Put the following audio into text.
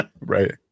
Right